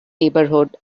neighbourhood